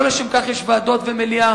לא לשם כך יש ועדות ומליאה.